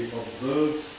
observes